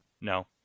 No